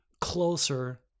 closer